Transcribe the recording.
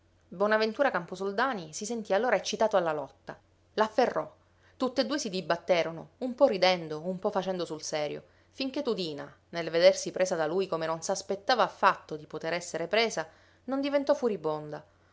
bonaventura camposoldani si sentì allora eccitato alla lotta l'afferrò tutti e due si dibatterono un po ridendo un po facendo sul serio finché tudina nel vedersi presa da lui come non s'aspettava affatto di potere esser presa non diventò furibonda